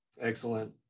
excellent